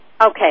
Okay